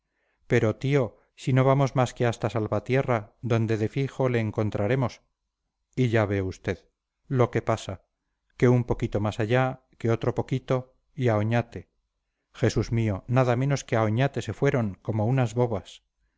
pero tío si no vamos más que hasta salvatierra donde de fijo le encontraremos y ya ve usted lo que pasa que un poquito más allá que otro poquito y a oñate jesús mío nada menos que a oñate se fueron como unas bobas